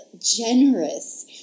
generous